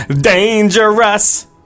Dangerous